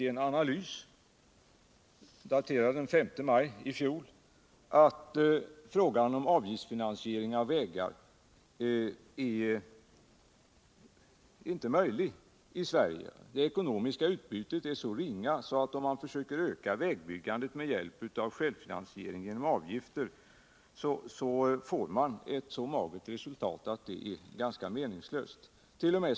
I en analys daterad så sent som den 5 maj i fjol visade vägverket att avgiftsfinansiering av vägar inte är ändamålsenlig i Sverige. Det ekonomiska utbytet blir mycket ringa. Självfinansiering genom avgifter ger ett så magert resultat att det är ganska meningslöst att på det sättet försöka öka vägbyggandet.